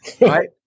Right